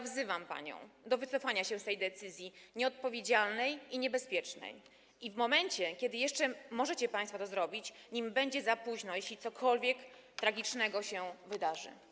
Wzywam panią do wycofania się z tej decyzji, nieodpowiedzialnej i niebezpiecznej, w momencie kiedy jeszcze możecie państwo to zrobić, nim będzie za późno, jeśli cokolwiek tragicznego się wydarzy.